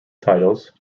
titles